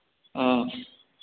ह्म्म